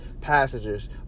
passengers